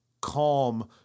calm